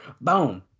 Boom